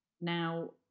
Now